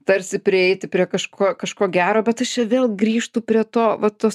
tarsi prieiti prie kažko kažko gero bet aš čia vėl grįžtu prie to vat tos